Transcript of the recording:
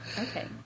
Okay